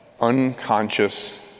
unconscious